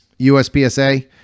USPSA